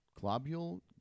globule